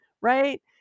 right